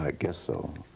ah guess so.